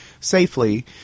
safely